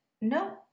No